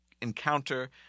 encounter